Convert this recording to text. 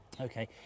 Okay